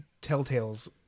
Telltale's